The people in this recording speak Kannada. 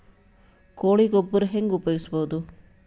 ಕೊಳಿ ಗೊಬ್ಬರ ಹೆಂಗ್ ಉಪಯೋಗಸಬಹುದು?